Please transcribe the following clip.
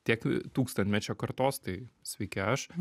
tiek tūkstantmečio kartos tai sveiki aš